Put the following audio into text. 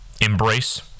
embrace